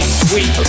sweet